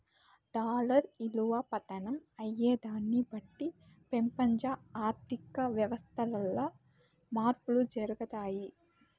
dollar ఇలువ పతనం అయ్యేదాన్ని బట్టి పెపంచ ఆర్థిక వ్యవస్థల్ల మార్పులు జరగతాయి